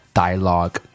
dialogue